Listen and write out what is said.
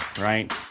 right